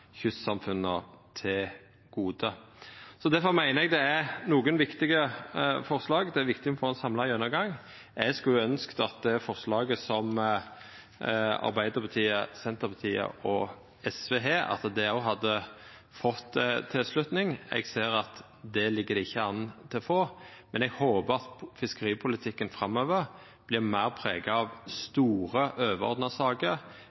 kystsamfunna til gode. Difor meiner eg det er eit viktig forslag. Det er viktig å få ein samla gjennomgang. Eg skulle ønskt at det forslaget som Arbeidarpartiet, Senterpartiet og SV har i innstillinga, hadde fått tilslutning. Eg ser at dét ligg det ikkje an til å få, men eg håpar at fiskeripolitikken framover blir meir prega av store, overordna saker